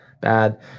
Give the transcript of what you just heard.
bad